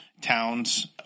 towns